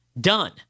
Done